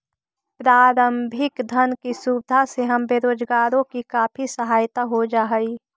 प्रारंभिक धन की सुविधा से हम बेरोजगारों की काफी सहायता हो जा हई